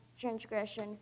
transgression